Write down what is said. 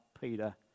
Peter